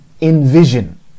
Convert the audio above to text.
envision